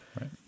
Right